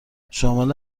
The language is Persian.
شامل